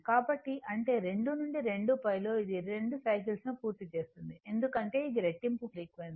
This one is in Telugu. కాబట్టి అంటే 2 నుండి 2π లో ఇది 2 సైకిల్స్ ను పూర్తి చేస్తుంది ఎందుకంటే ఇది రెట్టింపు ఫ్రీక్వెన్సీ